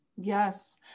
Yes